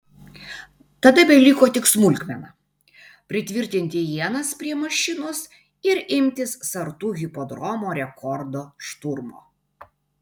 tada beliko tik smulkmena pritvirtinti ienas prie mašinos ir imtis sartų hipodromo rekordo šturmo